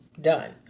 done